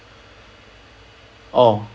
oh